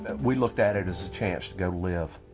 we looked at it as a chance to live.